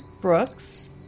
Brooks